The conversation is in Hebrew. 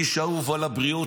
איש אהוב על הבריות,